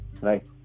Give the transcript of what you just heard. right